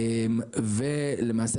למעשה,